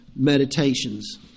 Meditations